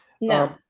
No